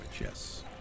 Yes